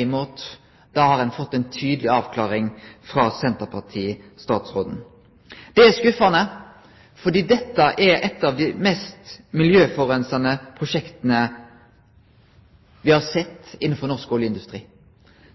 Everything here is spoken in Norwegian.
imot, har ein fått ei tydeleg avklaring frå senterpartistatsråden. Det er skuffande, fordi dette er eit av dei mest miljøforureinande prosjekta me har sett innanfor norsk oljeindustri.